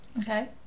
Okay